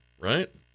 right